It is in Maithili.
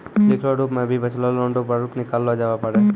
लिखलो रूप मे भी बचलो लोन रो प्रारूप निकाललो जाबै पारै